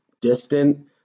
distant